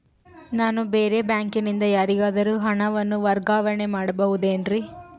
ನಾನು ಬೇರೆ ಬ್ಯಾಂಕಿನಿಂದ ಯಾರಿಗಾದರೂ ಹಣವನ್ನು ವರ್ಗಾವಣೆ ಮಾಡಬಹುದೇನ್ರಿ?